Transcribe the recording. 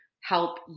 help